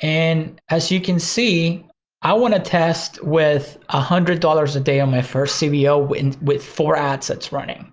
and as you can see i wanna test with one ah hundred dollars a day on my first cbo with and with four ads that's running.